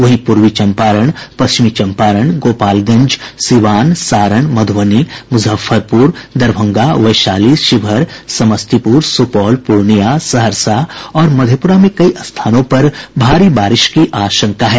वहीं पूर्वी चंपारण पश्चिमी चंपारण गोपालगंज सिवान सारण मध्रबनी मुजफ्फरपुर दरभंगा वैशाली शिवहर समस्तीपुर सुपौल पूर्णिया सहरसा और मधेपुरा में कई स्थानों पर भारी बारिश की आशंका है